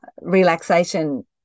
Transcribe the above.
relaxation